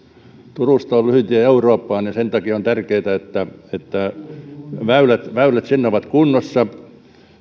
turusta on lyhyin tie eurooppaan ja sen takia on tärkeätä että että väylät väylät sinne ovat kunnossa